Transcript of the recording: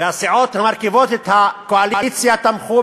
והסיעות המרכיבות את הקואליציה תמכו,